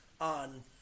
on